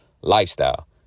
lifestyle